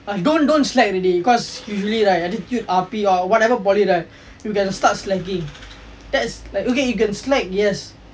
don't don't slack already cause usually like attitude R_P or whatever poly right you can start slacking that's like okay you can slack yes